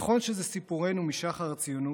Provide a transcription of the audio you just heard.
נכון שזה סיפורנו משחר הציונות,